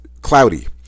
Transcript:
cloudy